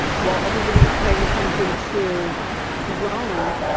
while everybody's paying attention to corona,